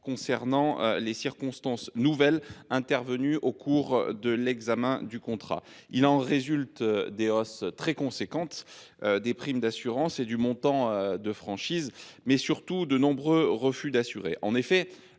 aux « circonstances nouvelles » intervenues au cours de l’exécution du contrat. Il en résulte des hausses très importantes des primes d’assurance et du montant des franchises, mais surtout de nombreux refus d’assurer.